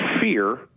fear